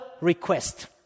request